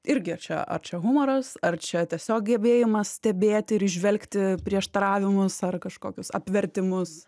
irgi čia ar čia humoras ar čia tiesiog gebėjimas stebėti ir įžvelgti prieštaravimus ar kažkokius apvertimus